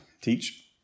teach